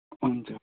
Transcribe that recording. हुन्छ